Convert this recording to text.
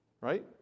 right